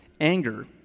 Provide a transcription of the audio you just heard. Anger